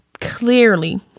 clearly